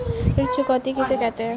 ऋण चुकौती किसे कहते हैं?